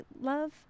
love